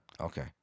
Okay